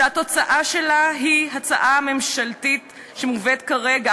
והתוצאה שלה היא הצעה ממשלתית שמובאת כרגע,